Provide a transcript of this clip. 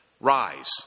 Rise